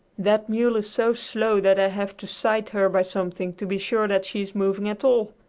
that mule is so slow that i have to sight her by something to be sure that she is moving at all!